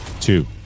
two